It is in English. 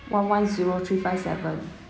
one one zero three five seven